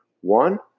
One